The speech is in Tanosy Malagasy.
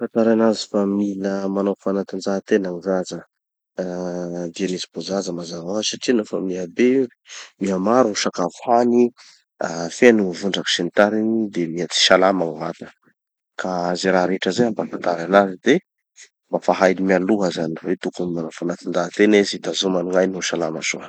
Ampahafantary anazy fa mila manao fanatanjahatena gny zaza. Da dian'izy mbo zaza mazava hoazy satria nofa mihabe io, miha maro gny sakafo hany, feno gny vondraky sy ny tariny de miha tsy salama gny vata. Ka ze raha rehetra zay ampahafantary anazy de mba fa hainy mialoha zany hoe tokony manao fanatanjahatena izy hitazomany gn'ainy ho salama soa.